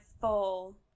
full